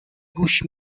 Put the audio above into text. گوش